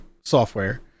software